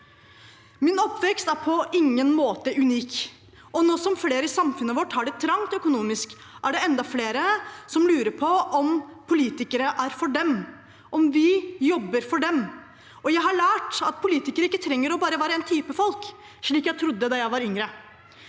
Min oppvekst er på ingen måte unik, og nå som flere i samfunnet vårt har det trangt økonomisk, er det enda flere som lurer på om politikere er for dem, om vi jobber for dem. Jeg har lært at politikere ikke trenger å være bare én type folk, slik jeg trodde da jeg var yngre.